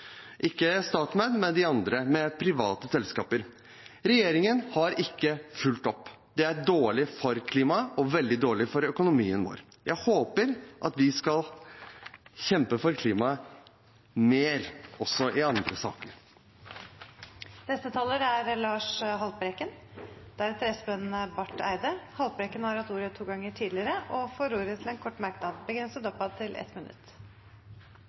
ikke StatMed, men i private selskaper. Regjeringen har ikke fulgt opp. Det er dårlig for klimaet og veldig dårlig for økonomien vår. Jeg håper vi kan kjempe mer for klimaet, også i andre saker. Representanten Lars Haltbrekken har hatt ordet to ganger tidligere og får ordet til en kort merknad, begrenset til 1 minutt.